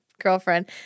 girlfriend